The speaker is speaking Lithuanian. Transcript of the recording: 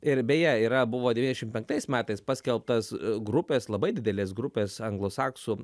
ir beje yra buvo devyniašim penktais metais paskelbtas grupės labai didelės grupės anglosaksų